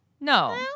no